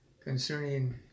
concerning